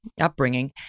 upbringing